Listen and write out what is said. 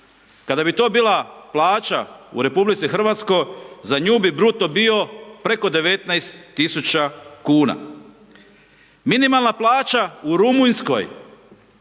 Kada bi to bila plaća u RH, za nju bi bruto bio preko 19 000 kuna. Minimalna plaća u Rumunjskoj